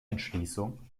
entschließung